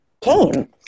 came